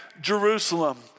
Jerusalem